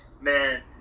man